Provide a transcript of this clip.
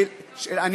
לכבוד הוא לי.